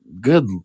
Good